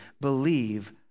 believe